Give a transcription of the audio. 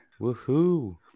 Woohoo